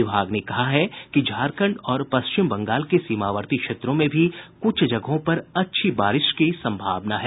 विभाग ने कहा है कि झारखंड और पश्चिम बंगाल के सीमावर्ती क्षेत्रों में भी कुछ जगहों पर अच्छी बारिश की सम्भावना है